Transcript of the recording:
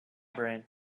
brain